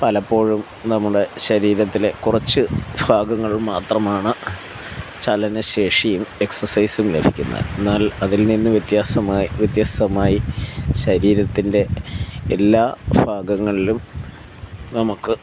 പലപ്പോഴും നമ്മുടെ ശരീരത്തിലെ കുറച്ച് ഭാഗങ്ങൾ മാത്രമാണ് ചലനശേഷിയും എക്സസൈസും ലഭിക്കുന്നത് എന്നാൽ അതിൽനിന്ന് വ്യത്യാസമായി വ്യത്യസ്തമായി ശരീരത്തിൻ്റെ എല്ലാ ഭാഗങ്ങളിലും നമുക്ക്